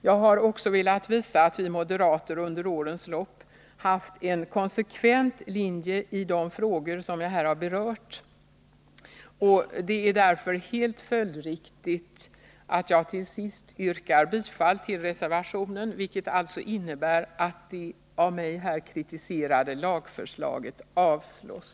Jag har också velat visa att vi moderater under årens lopp haft en konsekvent linje i de frågor som jag här berört. Det är därför helt följdriktigt att jag till sist yrkar bifall till reservationen, vilket alltså innebär att det av mig här kritiserade lagförslaget avslås.